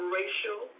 racial